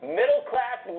middle-class